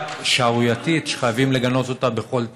שחייבים לגנות בכל תוקף.